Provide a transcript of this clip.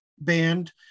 band